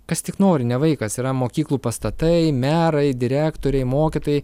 kas tik nori ne vaikas yra mokyklų pastatai merai direktoriai mokytojai